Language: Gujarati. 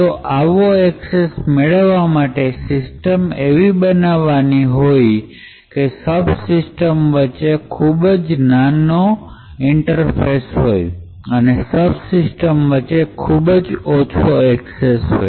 તો આવો એક્સેસ મેળવવા માટે સીસ્ટમ એવી બનાવવાનું હોવી જોઈએ કે સબ સિસ્ટમ વચ્ચે ખૂબ જ નાનો ઇન્ટરફેસ હોય અને સબ સિસ્ટમ વચ્ચે ખૂબ જ ઓછો એક્સેસ હોય